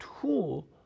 tool